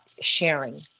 sharing